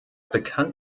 bekannt